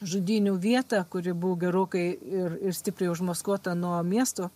žudynių vietą kuri buvo gerokai ir ir stipriai užmaskuota nuo miesto